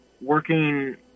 working